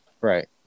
Right